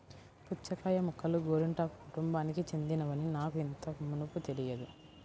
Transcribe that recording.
పుచ్చకాయ మొక్కలు గోరింటాకు కుటుంబానికి చెందినవని నాకు ఇంతకు మునుపు తెలియదు